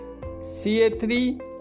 Ca3